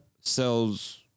sells